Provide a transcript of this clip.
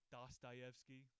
Dostoevsky